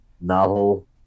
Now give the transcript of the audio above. novel